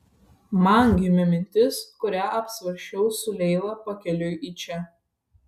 man gimė mintis kurią apsvarsčiau su leila pakeliui į čia